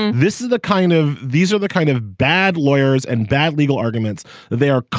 this is the kind of these are the kind of bad lawyers and bad legal arguments they are.